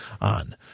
on